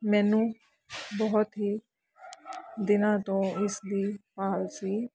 ਮੈਨੂੰ ਬਹੁਤ ਹੀ ਦਿਨਾਂ ਤੋਂ ਇਸਦੀ ਭਾਲ ਸੀ